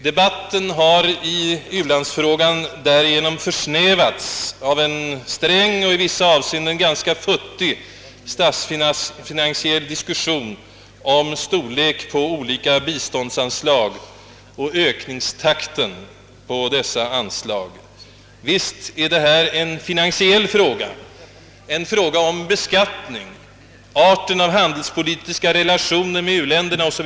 Debatten i u-landsfrågan har därför försnävats av en sträng och 1 vissa avseenden ganska futtig statsfinansiell vägning av storleken av olika biståndsänslag och ökningstakten i fråga om ' dessa anslag. Visst är detta en finansiell fråga, en fråga om beskattning, en fråga om arten av handelspolitiska relationer mellan u-länderna 0.'s. v.